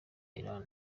iran